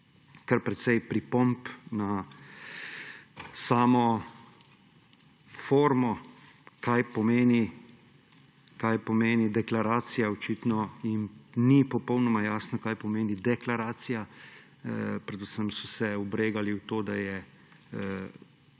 kar precej pripomb na samo formo, kaj pomeni deklaracija. Očitno jim ni popolnoma jasno, kaj pomeni deklaracija. Predvsem so se obregali ob to, da je premalo